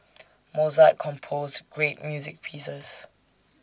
Mozart composed great music pieces